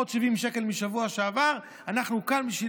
עוד 70 שקל משבוע שעבר אנחנו כאן בשביל